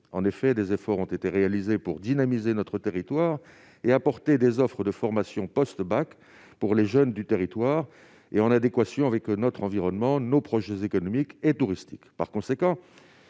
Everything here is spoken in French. domaine. Des efforts ont été réalisés pour dynamiser notre territoire et offrir des formations post-bac aux jeunes du territoire, en adéquation avec notre environnement et nos projets économiques et touristiques. Par conséquent,